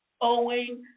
owing